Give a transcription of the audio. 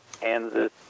Kansas